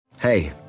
Hey